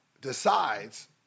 decides